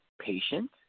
patient